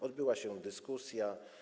Odbyła się dyskusja.